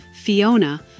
Fiona